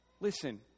Listen